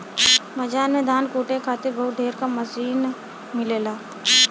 बाजार में धान कूटे खातिर बहुत ढेर क मसीन मिलेला